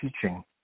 teaching